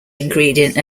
ingredient